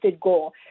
goal